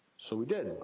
so, we did.